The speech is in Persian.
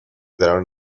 درون